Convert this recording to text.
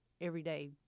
everyday